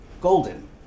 Golden